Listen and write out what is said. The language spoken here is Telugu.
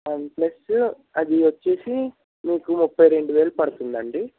వన్ప్లస్ అది వచ్చి మీకు ముప్పై రెండు వేలు పడుతుంది అండి